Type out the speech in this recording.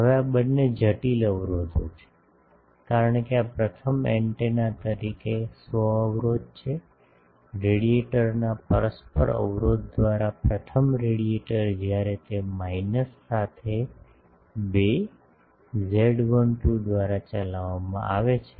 હવે આ બંને જટિલ અવરોધો છે કારણ કે આ પ્રથમ એન્ટેના તરીકે સ્વ અવરોધ છે રેડિયેટરના પરસ્પર અવરોધ દ્વારા પ્રથમ રેડિયેટર જ્યારે તે માઇનસ સાથે 2 Z12 દ્વારા ચલાવવામાં આવે છે